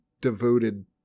devoted